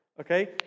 okay